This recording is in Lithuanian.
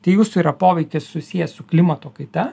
tai jūsų yra poveikis susijęs su klimato kaita